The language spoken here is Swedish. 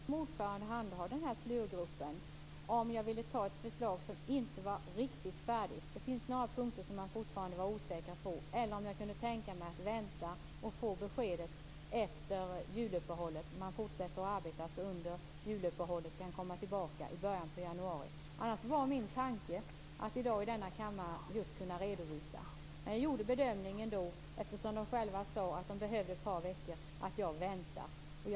Fru talman! Jag fick i dag frågan från SLUR gruppens ordförande om jag ville ta ett förslag som inte var riktigt färdigt - det fanns några punkter som man fortfarande var osäker på - eller om jag kunde tänka mig att vänta och få det efter juluppehållet. Man fortsätter alltså att arbeta under juluppehållet och kan komma tillbaka i början av januari. Min tanke var egentligen att i dag i denna kammare redovisa detta, men jag gjorde bedömningen, eftersom man sade att man behövde ett par veckor, att jag ville vänta.